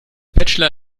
bachelor